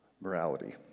morality